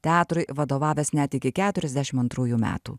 teatrui vadovavęs net iki keturiasdešimt antrųjų metų